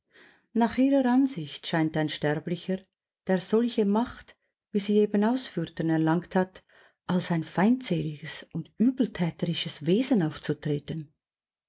nach ihrer ansicht scheint ein sterblicher der solche macht wie sie eben ausführten erlangt hat als ein feindseliges und übeltäterisches wesen aufzutreten